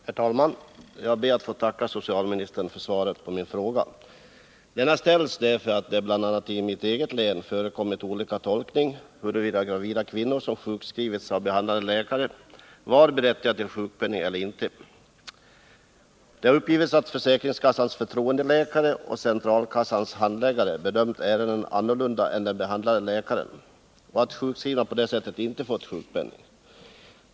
Herr talman! Jag ber att få tacka socialministern för svaret på min fråga. Den ställdes därför att det bl.a. i mitt eget län förekommit olika tolkningar av frågan, huruvida gravida kvinnor som sjukskrivits av behandlande läkare var berättigade till sjukpenning eller inte. Det har ju uppgivits att försäkringskassans förtroendeläkare och centralkassans handläggare bedömt ärenden annorlunda än den behandlande läkaren och att sjukskrivna på det sättet inte fått någon sjukpenning.